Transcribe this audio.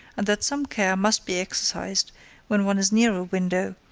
and that some care must be exercised when one is near a window,